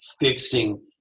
fixing